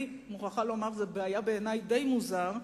אני מוכרחה לומר שזה היה בעיני די מוזר,